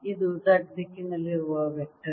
ಇದು Z ದಿಕ್ಕಿನಲ್ಲಿರುವ vector